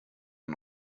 ein